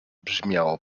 brzmiało